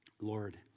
Lord